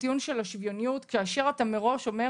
הטיעון של השוויוניות כאשר אתה מראש אומר,